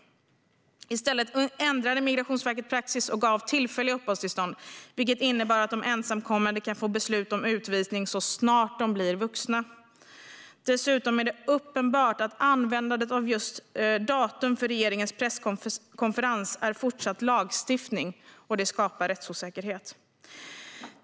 I stället ändrade Migrationsverket praxis och gav tillfälliga uppehållstillstånd, vilket innebär att de ensamkommande kan få beslut om utvisning så snart de blir vuxna. Dessutom är det uppenbart att användandet av just datumet för regeringens presskonferens i fortsatt lagstiftning har skapat rättsosäkerhet.